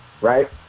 right